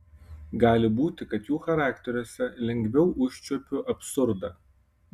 gali būti kad jų charakteriuose lengviau užčiuopiu absurdą